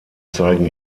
zeigen